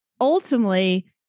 ultimately